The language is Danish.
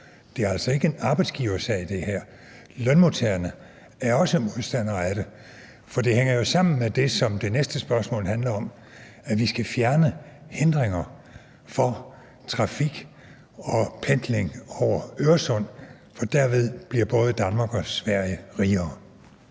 her er altså ikke en arbejdsgiversag; lønmodtagerne er også modstandere af det. For det hænger jo sammen med det, som det næste spørgsmål handler om, nemlig at vi skal fjerne hindringer for trafik og pendling over Øresund, for derved bliver både Danmark og Sverige rigere.